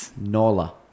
Nola